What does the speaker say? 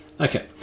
okay